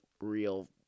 real